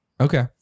Okay